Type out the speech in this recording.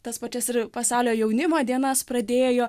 tas pačias ir pasaulio jaunimo dienas pradėjo